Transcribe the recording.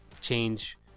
change